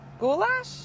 goulash